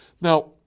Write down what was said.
Now